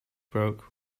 broke